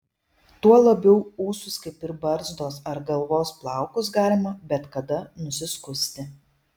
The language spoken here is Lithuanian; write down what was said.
tuo labiau ūsus kaip ir barzdos ar galvos plaukus galima bet kada nusiskusti